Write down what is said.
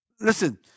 Listen